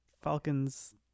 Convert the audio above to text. Falcon's